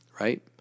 right